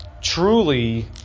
truly